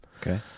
okay